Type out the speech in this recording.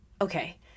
okay